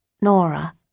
Nora